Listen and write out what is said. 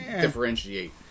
differentiate